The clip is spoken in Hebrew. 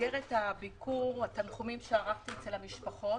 במסגרת ביקורי התנחומים שערכתי אצל המשפחות,